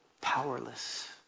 powerless